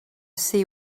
see